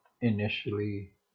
initially